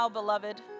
beloved